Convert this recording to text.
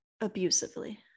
Abusively